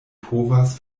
povas